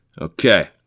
Okay